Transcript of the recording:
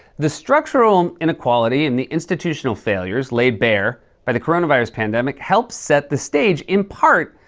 the structural inequality and the institutional failures laid bare by the coronavirus pandemic helped set the stage, in part,